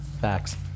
Facts